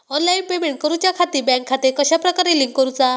Online payment करुच्याखाती bank खाते कश्या प्रकारे लिंक करुचा?